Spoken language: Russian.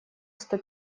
сто